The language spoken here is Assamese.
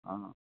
অঁ